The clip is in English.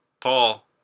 Paul